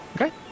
Okay